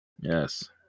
Yes